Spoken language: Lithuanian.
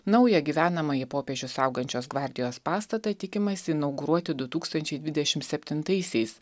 naują gyvenamąjį popiežių saugančios gvardijos pastatą tikimasi inauguruoti du tūkstančiai dvidešimt septintaisiais